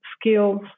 skills